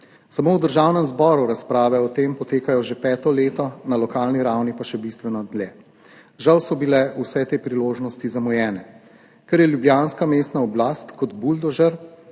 Samo v Državnem zboru razprave o tem potekajo že peto leto, na lokalni ravni pa še bistveno dlje. Žal so bile vse te priložnosti zamujene, ker je ljubljanska mestna oblast kot buldožer